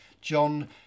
John